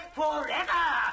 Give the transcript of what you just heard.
forever